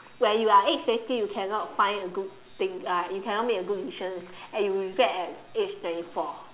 when you are age sixteen you cannot find a good thing uh you cannot make a good decisions and you regret at age thirty four